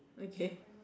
okay